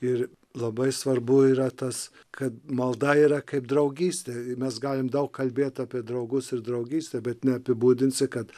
ir labai svarbu yra tas kad malda yra kaip draugystė mes galim daug kalbėt apie draugus ir draugystę bet neapibūdinsi kad